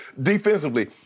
Defensively